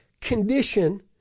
condition